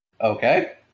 okay